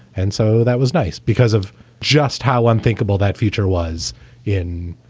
and so that was nice because of just how unthinkable that future was in,